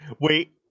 wait